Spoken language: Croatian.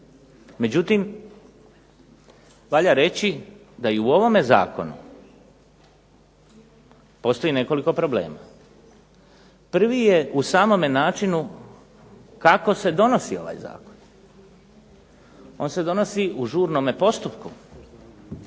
međutim valja reći da i u ovome zakonu postoji nekoliko problema. Prvi je u samome načinu kako se donosi ovaj zakon. On se donosi u žurnome postupku,